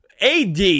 AD